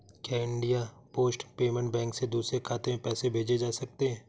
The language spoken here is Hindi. क्या इंडिया पोस्ट पेमेंट बैंक से दूसरे खाते में पैसे भेजे जा सकते हैं?